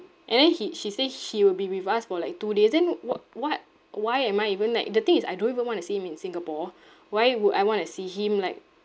and then he she say he will be with us for like two days then wha~ what why am I even like the thing is I don't even want to see him in singapore why would I want to see him like